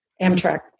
Amtrak